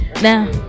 Now